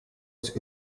its